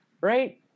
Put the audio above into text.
right